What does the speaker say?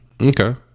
Okay